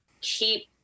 keep